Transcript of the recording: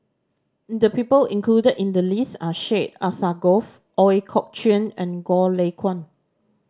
the people included in the list are Syed Alsagoff Ooi Kok Chuen and Goh Lay Kuan